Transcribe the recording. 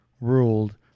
ruled